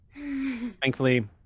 Thankfully